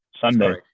Sunday